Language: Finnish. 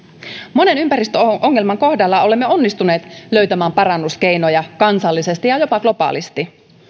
monen ympäristöongelman kohdalla olemme onnistuneet löytämään parannuskeinoja kansallisesti ja jopa globaalisti